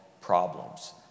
problems